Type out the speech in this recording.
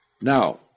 Now